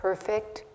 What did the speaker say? Perfect